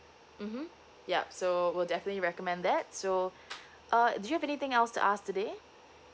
mmhmm yup so we'll definitely recommend that so uh do you have anything else to ask today